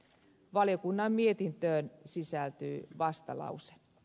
valiokunnan mietintöön sisältyy vastalause